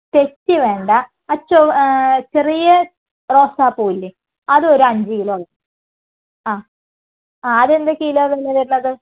തെച്ചി വേണ്ട ആ ചൊവ ആ ചെറിയ റോസാപ്പൂ ഇല്ലേ അത് ഒരു അഞ്ച് കിലോ ആ ആ അത് എന്താ കിലോ വില വരുന്നത്